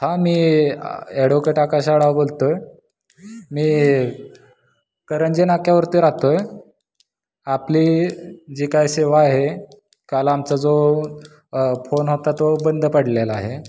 हा मी ॲडोकेट आकाश आडाव बोलत आहे मी करंजी नाक्यावरती राहत आहे आपली जी काय सेवा आहे काल आमचा जो फोन होता तो बंद पडलेला आहे